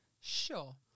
Sure